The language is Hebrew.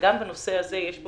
וגם בנושא הזה יש פה